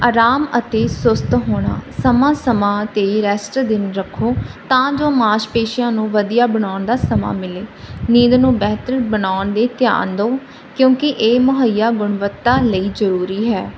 ਆਰਾਮ ਅਤੇ ਸੁਸਤ ਹੋਣਾ ਸਮਾਂ ਸਮਾਂ 'ਤੇ ਰੈਸਟ ਦਿਨ ਰੱਖੋ ਤਾਂ ਜੋ ਮਾਸਪੇਸ਼ੀਆਂ ਨੂੰ ਵਧੀਆ ਬਣਾਉਣ ਦਾ ਸਮਾਂ ਮਿਲੇ ਨੀਂਦ ਨੂੰ ਬਿਹਤਰ ਬਣਾਉਣ ਦੇ ਧਿਆਨ ਦਿਓ ਕਿਉਂਕਿ ਇਹ ਮੁਹੱਈਆ ਗੁਣਵੱਤਾ ਲਈ ਜ਼ਰੂਰੀ ਹੈ